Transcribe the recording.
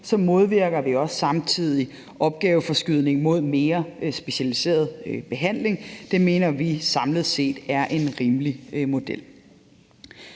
kr. modvirker vi også samtidig opgaveforskydning mod mere specialiseret behandling. Det mener vi samlet set er en rimelig model.